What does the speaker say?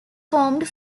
formed